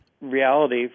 reality